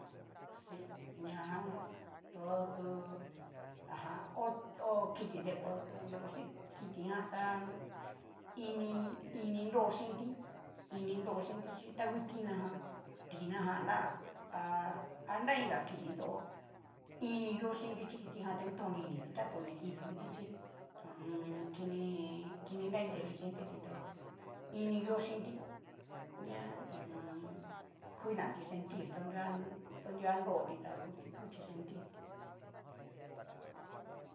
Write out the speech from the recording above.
Si ñajan to du ajan o okiti depor deporsin kitijan tá ini, ini nro xinti, ini nro xinti chí tangu tina jan, tina jan tán ha nra inga kiti tó ini ngio xinti chi kitijan ta kutoni initi tatón ñaivii nguti chí ho o on. kini kini nra inteligente tó ini ngio chinti ña ho o on. kutanti sentir to nruguan to nruguan nroti ta ku takuti sentir.